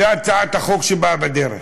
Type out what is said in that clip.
זה הצעת החוק שבאה בדרך.